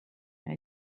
how